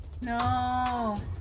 No